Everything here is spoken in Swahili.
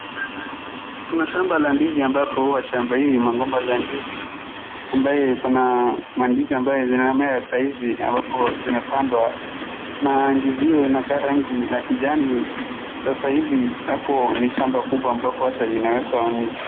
Kuna shamba la ndizi ambapo huwa shamba hii kuna magomba za ndizi ambaye kuna mandizi ambaye zinamea sahizi ambapo zimepandwa. Na ndizi hiyo inakaa rangi la kijani. Sasa hivi hapo ni shamba kubwa ambapo hata inawekwa mifugo.